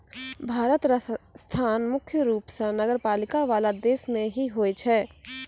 भारत र स्थान मुख्य रूप स नगरपालिका वाला देश मे ही होय छै